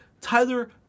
Tyler